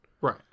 Right